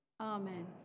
Amen